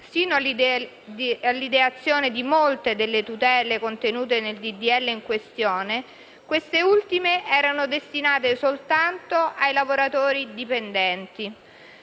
sino all'ideazione di molte delle tutela contenute nel disegno di legge in questione, queste ultime erano destinate soltanto ai lavoratori dipendenti.